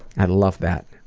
i love that.